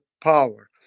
power